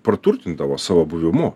praturtindavo savo buvimu